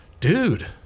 dude